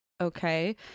Okay